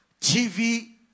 TV